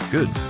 Good